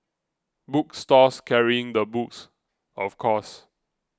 book stores carrying the books of course